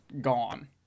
gone